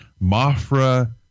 Mafra